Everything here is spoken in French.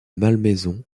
malmaison